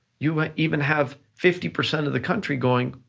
you ah even have fifty percent of the country going,